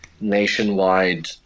nationwide